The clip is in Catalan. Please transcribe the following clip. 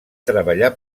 treballar